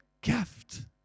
gift